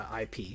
IP